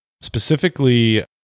Specifically